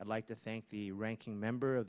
i'd like to thank the ranking member of